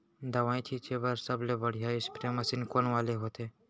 दवई छिंचे बर सबले बढ़िया स्प्रे मशीन कोन वाले होथे?